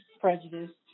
prejudice